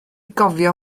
gofio